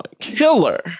killer